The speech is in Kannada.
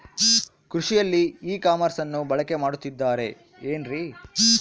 ಕೃಷಿಯಲ್ಲಿ ಇ ಕಾಮರ್ಸನ್ನ ಬಳಕೆ ಮಾಡುತ್ತಿದ್ದಾರೆ ಏನ್ರಿ?